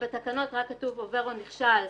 בתקנות רק כתוב עובר או נכשל והציון הספציפי